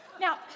Now